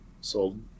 sold